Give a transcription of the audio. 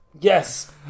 yes